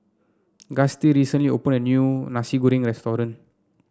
Gustie recently opened a new Nasi Goreng restaurant